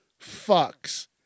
fucks